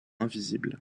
invisible